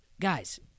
guys